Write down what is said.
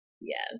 Yes